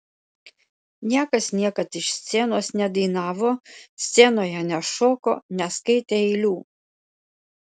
niekas niekad iš scenos nedainavo scenoje nešoko neskaitė eilių